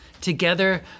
Together